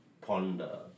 ponder